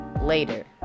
later